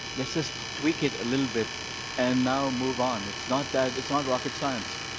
let's just tweak it a little bit and now move on. it's not that it's not rocket science.